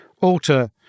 alter